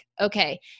Okay